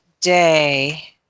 day